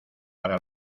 para